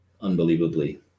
unbelievably